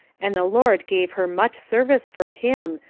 and the lord gave her much service for him,